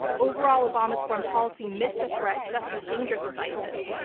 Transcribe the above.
overall, obama's foreign policy missed a threat just as dangerous as isis,